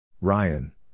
Ryan